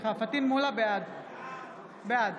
בעד